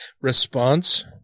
response